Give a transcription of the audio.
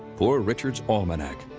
poor richard's almanac.